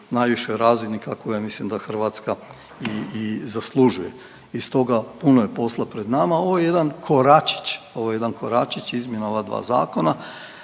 najvišoj razini, kakvu ja mislim da Hrvatska i zaslužuje i stoga, puno je posla pred nama i ovo je jedan koračić, ovo je jedan koračić izmjena ova dva zakona